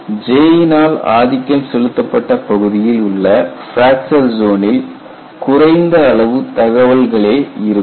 J னால்ஆதிக்கம் செலுத்தப்பட்ட பகுதியில் உள்ள பிராக்சர் ஜோனில் குறைந்த அளவு தகவல்களே இருக்கும்